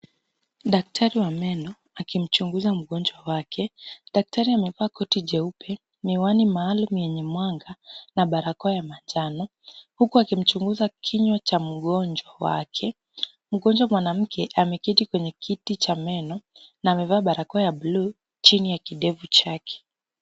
Daktari wa meno akimchunguza mgonjwa wake. Daktari amevaa koti jeupe, miwani maalum yenye mwanga na barakoa ya manjano, huku akimchunguza kinywa cha mgonjwa wake. Mgonjwa mwanamke ameketi kwenye kiti cha meno na amevaa barakoa ya bluu chini ya kidevu chake.